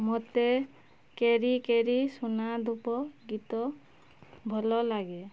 ମୋତେ କେରି କେରି ସୁନାଦୁବ ଗୀତ ଭଲ ଲାଗେ